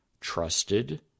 trusted